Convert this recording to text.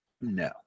No